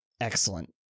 Excellent